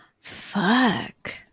fuck